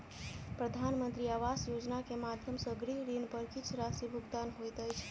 प्रधानमंत्री आवास योजना के माध्यम सॅ गृह ऋण पर किछ राशि भुगतान होइत अछि